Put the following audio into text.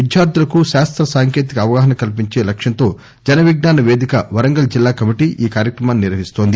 విద్యార్లులకు శాస్త సాంకేతిక అవగాహన కల్పించే లక్కంతో జన విజ్ఞాన పేదిక వరంగల్ జిల్లా కమిటీ ఈ కార్యక్రమాన్ని నిర్వహిస్తోంది